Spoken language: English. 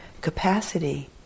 capacity